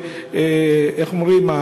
איך אומרים?